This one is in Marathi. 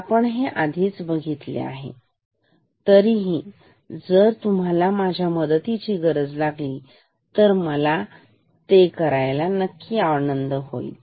आपण हे आधीच केले आहे तरीही जर तुम्हाला माझ्या मदतीची गरज असली तर मला तसे करायला आनंद होईल